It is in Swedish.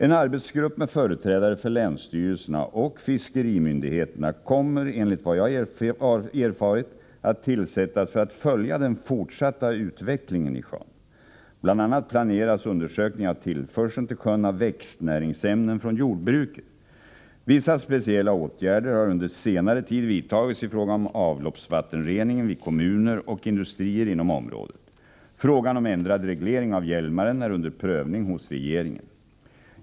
En arbetsgrupp med företrädare för länsstyrelserna och fiskerimyndigheterna kommer enligt vad jag har erfarit att tillsättas för att följa den fortsatta utvecklingen i sjön. Bl. a. planeras undersökningar av tillförseln till sjön av växtnäringsämnen från jordbruket. Vissa speciella åtgärder har under senare tid vidtagits i fråga om avloppsvattenreningen vid kommuner och industrier inom området. Frågan om en ändrad reglering av Hjälmaren är under prövning hos regeringen.